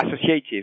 associative